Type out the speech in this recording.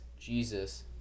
Jesus